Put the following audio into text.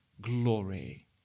glory